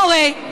מה קורה?